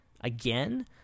again